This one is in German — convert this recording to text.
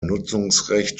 nutzungsrecht